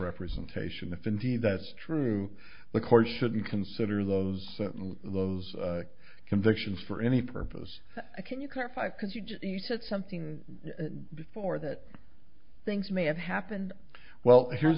representation if indeed that's true the court shouldn't consider those those convictions for any purpose can you clarify because you just said something before that things may have happened well here's